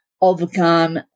overcome